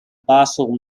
basel